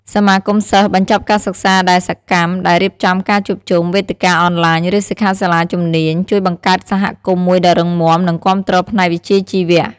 សមាគមសិស្សបញ្ចប់ការសិក្សាដែលសកម្ម ដែលរៀបចំការជួបជុំ វេទិកាអនឡាញ ឬសិក្ខាសាលាជំនាញ ជួយបង្កើតសហគមន៍មួយដ៏រឹងមាំ និងគាំទ្រផ្នែកវិជ្ជាជីវៈ។